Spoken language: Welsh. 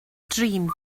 drin